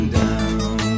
down